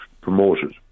promoted